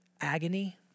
agony